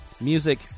music